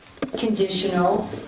conditional